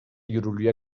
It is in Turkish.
yürürlüğe